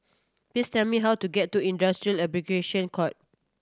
please tell me how to get to Industrial Arbitration Court